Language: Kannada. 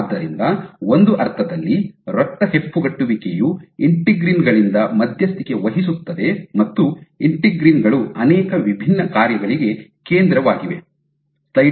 ಆದ್ದರಿಂದ ಒಂದು ಅರ್ಥದಲ್ಲಿ ರಕ್ತ ಹೆಪ್ಪುಗಟ್ಟುವಿಕೆಯು ಇಂಟಿಗ್ರಿನ್ ಗಳಿಂದ ಮಧ್ಯಸ್ಥಿಕೆ ವಹಿಸುತ್ತದೆ ಮತ್ತು ಇಂಟಿಗ್ರಿನ್ ಗಳು ಅನೇಕ ವಿಭಿನ್ನ ಕಾರ್ಯಗಳಿಗೆ ಕೇಂದ್ರವಾಗಿವೆ